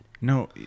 No